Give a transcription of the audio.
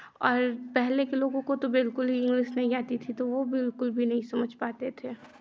और पहले के लोगों को तो बिल्कुल ही इंग्लिश नहीं आती थी तो वो बिल्कुल भी नहीं समझ पाते थे